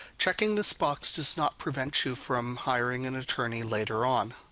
checking this box does not prevent you from hiring an attorney later on.